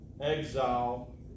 Exile